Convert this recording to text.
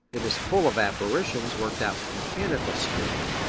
it is full of apparitions worked out with mechanical skill,